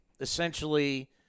Essentially